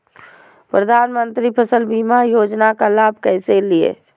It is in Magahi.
प्रधानमंत्री फसल बीमा योजना का लाभ कैसे लिये?